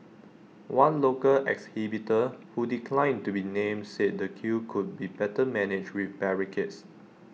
one local exhibitor who declined to be named said the queue could be better managed with barricades